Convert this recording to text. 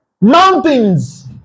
Mountains